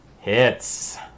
hits